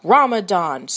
Ramadan